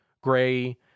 gray